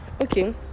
Okay